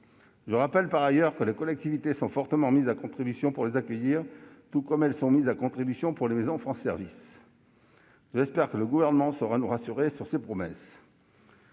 Je rappelle par ailleurs que les collectivités sont fortement mises à contribution pour accueillir ces services, ainsi que les maisons France Services. J'espère que le Gouvernement saura nous rassurer sur ses promesses.